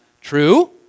True